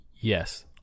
Yes